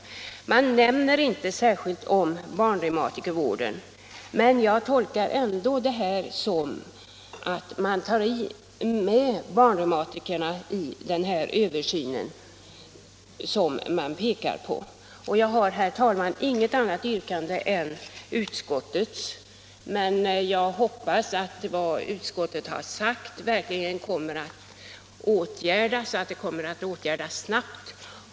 Man nämner inte särskilt barnreumatikervården i utskottsbetänkandet men jag tolkar ändå skrivningen så att man tar med barnreumatikerna i den översyn som man pekar på. Jag har, herr talman, inget annat yrkande än utskottets, men jag hoppas att vad utskottet har sagt verkligen snabbt kommer att fullföljas.